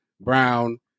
Brown